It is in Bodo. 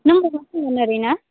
नों ब'बाव फैगोन ओरैनो